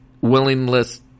willingness